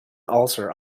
ulcer